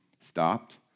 stopped